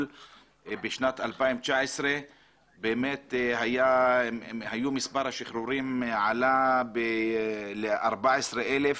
בשנת 2019 באמת מספר השחרורים עלה ל-14,000,